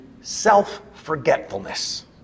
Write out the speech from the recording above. self-forgetfulness